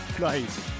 Nice